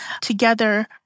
together